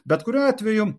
bet kuriuo atveju